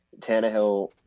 Tannehill